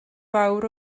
fawr